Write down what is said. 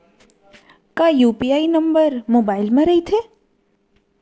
का UPI number mobile म रहिथे?